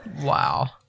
Wow